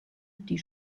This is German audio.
die